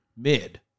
mid